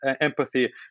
empathy